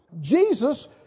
Jesus